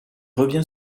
revient